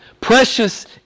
Precious